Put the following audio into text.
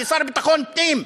לשר לביטחון פנים.